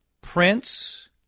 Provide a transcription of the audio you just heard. Prince